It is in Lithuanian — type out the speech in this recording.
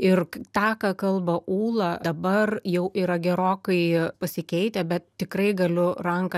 ir tą ką kalba ūla dabar jau yra gerokai pasikeitę bet tikrai galiu ranką